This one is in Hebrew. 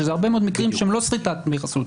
שזה הרבה מאוד מקרים שהם לא סחיטת דמי חסות,